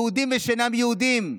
יהודים ושאינם יהודים.